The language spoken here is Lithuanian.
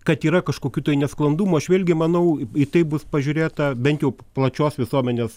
kad yra kažkokių tai nesklandumų aš vėlgi manau į tai bus pažiūrėta bent jau plačios visuomenės